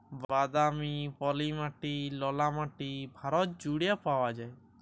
বাদামি, পলি মাটি, ললা মাটি ভারত জুইড়ে পাউয়া যায়